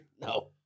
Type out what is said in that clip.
No